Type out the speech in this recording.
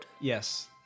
Yes